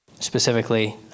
Specifically